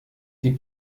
die